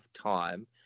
time